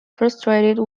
frustrated